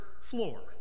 floor